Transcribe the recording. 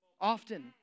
Often